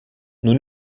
nous